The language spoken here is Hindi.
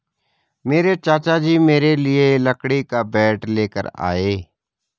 मेरे चाचा जी मेरे लिए लकड़ी का बैट लेकर आए